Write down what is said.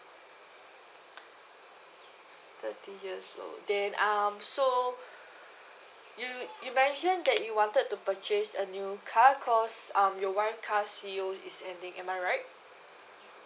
thirty years old then um so you you mention that you wanted to purchase a new car because um your wife car's C_O_E is ending am I right